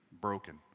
broken